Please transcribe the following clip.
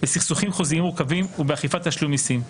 בסכסוכים חוזיים מורכבים ובאכיפת תשלום המיסים.